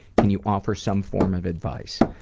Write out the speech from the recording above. can you offer some form of advice?